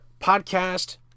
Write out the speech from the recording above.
podcast